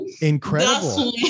Incredible